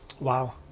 Wow